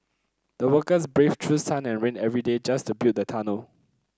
the workers braved through sun and rain every day just to build the tunnel